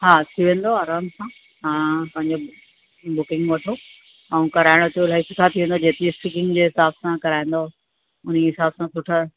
हा थी वेंदो आराम सां तव्हां पंहिंजो बुकिंग वठो ऐं कराइणु अचो लैंथ सां थी वेंदो जेतिरी सिटिंग जे हिसाबु कराईंदव उन्ही हिसाब सां सुठा